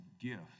gift